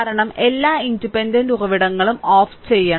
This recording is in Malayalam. കാരണം എല്ലാ ഇൻഡിപെൻഡന്റ് ഉറവിടങ്ങളും ഓഫ് ചെയ്യണം